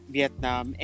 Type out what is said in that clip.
Vietnam